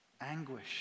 anguish